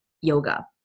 yoga